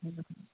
हम्म